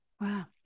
Wow